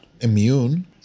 immune